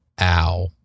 Ow